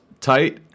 tight